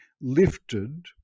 lifted